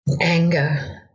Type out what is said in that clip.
Anger